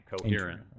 coherent